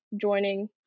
joining